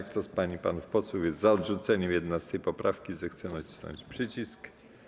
Kto z pań i panów posłów jest za odrzuceniem 11. poprawki, zechce nacisnąć przycisk.